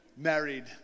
married